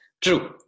True